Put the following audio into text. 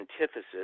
antithesis